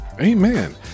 Amen